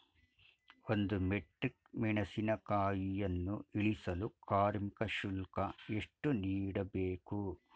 ಒಂದು ಮೆಟ್ರಿಕ್ ಮೆಣಸಿನಕಾಯಿಯನ್ನು ಇಳಿಸಲು ಕಾರ್ಮಿಕ ಶುಲ್ಕ ಎಷ್ಟು ನೀಡಬೇಕು?